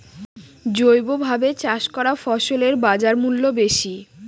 জৈবভাবে চাষ করা ফসলের বাজারমূল্য বেশি